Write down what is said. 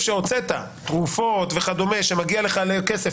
שהוצאת: תרופות וכדומה שמגיע לך עליהם כסף.